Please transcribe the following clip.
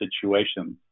situations